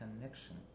connection